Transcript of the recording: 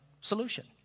solution